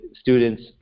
students